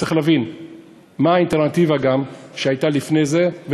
צריך להבין מה האלטרנטיבה שהייתה לפני זה,